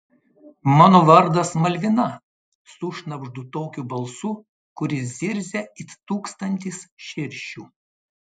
mano vardas malvina sušnabždu tokiu balsu kuris zirzia it tūkstantis širšių